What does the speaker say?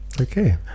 Okay